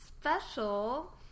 special